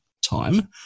time